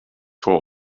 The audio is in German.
vor